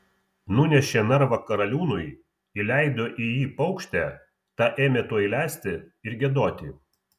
nunešė narvą karaliūnui įleido į jį paukštę ta ėmė tuoj lesti ir giedoti